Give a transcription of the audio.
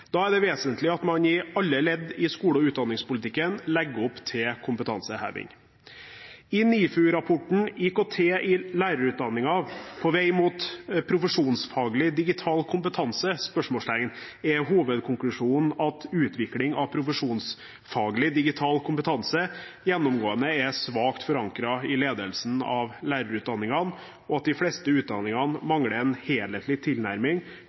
Da er det vesentlig at man i alle ledd i skole- og utdanningspolitikken legger opp til kompetanseheving. I NIFU-rapporten «IKT i lærerutdanningen: På vei mot profesjonsfaglig digital kompetanse?» er hovedkonklusjonen at utvikling av profesjonsfaglig digital kompetanse gjennomgående er svakt forankret i ledelsen av lærerutdanningene, og at de fleste utdanningene mangler en helhetlig tilnærming